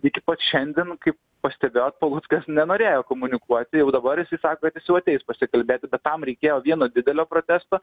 iki pat šiandien kaip pastebėjot paluckas nenorėjo komunikuoti jau dabar jisai sako kad jis jau ateis pasikalbėti bet tam reikėjo vieno didelio protesto